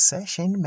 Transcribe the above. Session